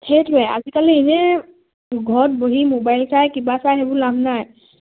সেইটোৱে আজিকালি এনেই ঘৰত বহি ম'বাইল চাই কিবা চাই সেইবোৰ লাভ নাই